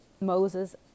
Moses